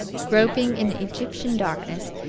groping in egyptian darkness,